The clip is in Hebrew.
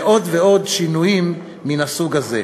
ועוד ועוד שינויים מן הסוג הזה.